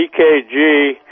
EKG